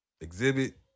exhibit